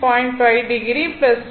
5o j 38